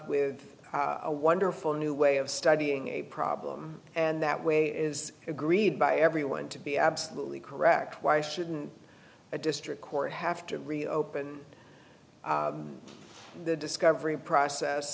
with a wonderful new way of studying a problem and that way is agreed by everyone to be absolutely correct why shouldn't a district court have to reopen the discovery process